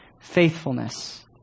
faithfulness